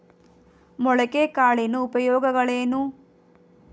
ಮೊಳಕೆ ಕಾಳಿನ ಉಪಯೋಗಗಳೇನು?